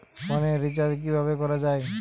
ফোনের রিচার্জ কিভাবে করা যায়?